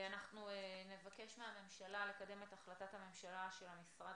אנחנו נבקש מהממשלה לקדם את החלטת הממשלה של המשרד